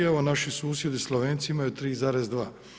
Evo, naši susjedi Slovenci imaju 3,2.